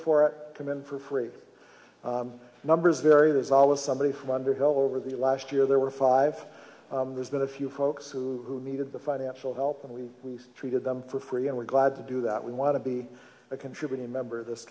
for it come in for free numbers vary there's always somebody from underhill over the last year there were five there's been a few folks who needed the financial help and we treated them for free and we're glad to do that we want to be a contributing member of this